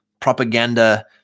Propaganda